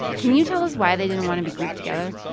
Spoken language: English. can you tell us why they didn't want to be grouped together?